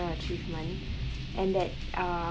achievement and that err